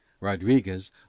Rodriguez